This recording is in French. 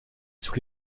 sous